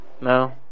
No